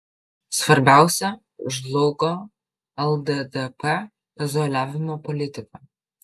svarbiausia žlugo lddp izoliavimo politika